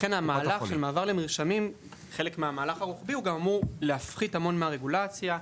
חלק מהמהלך הרוחבי של מעבר למרשמים אמור להפחית המון מהרגולציה.